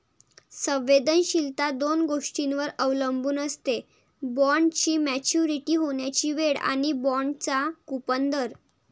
संवेदनशीलता दोन गोष्टींवर अवलंबून असते, बॉण्डची मॅच्युरिटी होण्याची वेळ आणि बाँडचा कूपन दर